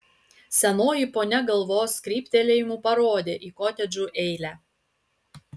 senoji ponia galvos kryptelėjimu parodė į kotedžų eilę